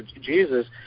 Jesus